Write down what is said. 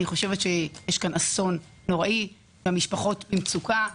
יש כאן אסון נוראי והמשפחות במצוקה.